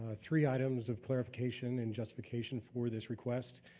ah three items of clarification and justification for this request,